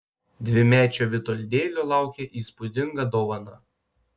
dvimečio vitoldėlio laukė įspūdinga dovana